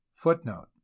Footnote